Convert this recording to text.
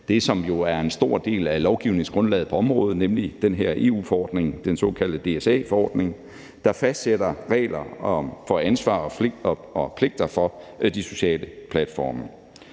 det, som jo er en stor del af lovgivningsgrundlaget for området, nemlig den EU-forordning, den såkaldte DSA-forordning, der fastsætter regler for ansvar og pligter for de sociale platforme.